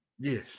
Yes